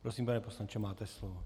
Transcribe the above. Prosím, pane poslanče, máte slovo.